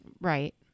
Right